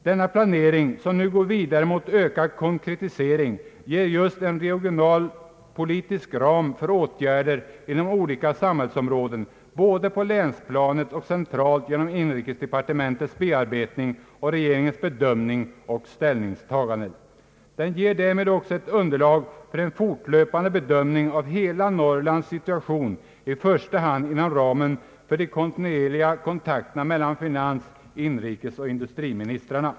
Denna planering, som nu går vidare mot ökad konkretisering, ger just en regionalpolitisk ram för åtgärder inom olika samhällsområden både på länsplanet och centralt genom inrikesdepartementets bearbetning och regeringens bedömning och ställningstagande. Den ger därmed också ett underlag för en fortlöpande bedömning av hela Norrlands situation i första hand inom ramen för de kontinuerliga kontakterna mellan finans-, inrikesoch industriministrarna.